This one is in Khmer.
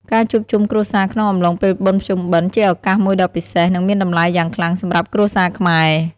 ការជួបជុំគ្រួសារក្នុងអំឡុងពេលបុណ្យភ្ជុំបិណ្ឌ ជាឱកាសមួយដ៏ពិសេស និងមានតម្លៃយ៉ាងខ្លាំងសម្រាប់គ្រួសារខ្មែរ។